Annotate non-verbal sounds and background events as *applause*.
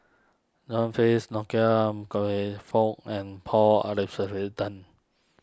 John Fearns Nicoll *unintelligible* Fook and Paul *unintelligible*